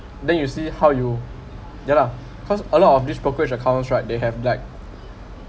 then you see how you ya lah cause a lot of this brokerage accounts right they have like